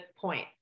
point